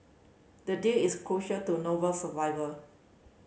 the deal is crucial to Noble survivor